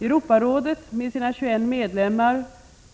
Europarådet med sina 21 medlemmar